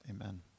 amen